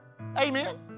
Amen